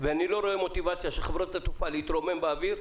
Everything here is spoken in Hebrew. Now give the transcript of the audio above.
ואני לא רואה מוטיבציה של חברות התעופה להתרומם באוויר,